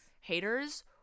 haters